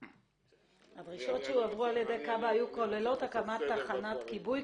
האם הדרישות על ידי כב"ה כללו הקמת תחנת כיבוי?